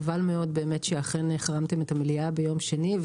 חבל מאוד שאכן החרמתם את המליאה ביום שני,